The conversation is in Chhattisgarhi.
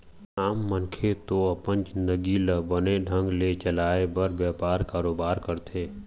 आम मनखे तो अपन जिंनगी ल बने ढंग ले चलाय बर बेपार, कारोबार करथे